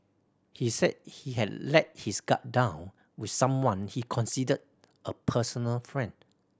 he said he had let his guard down with someone he considered a personal friend